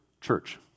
church